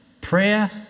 prayer